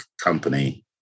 company